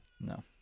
No